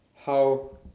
how